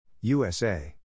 USA